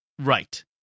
right